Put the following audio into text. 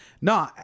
No